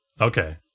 Okay